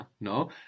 No